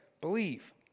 believe